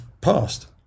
passed